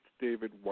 David